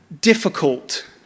difficult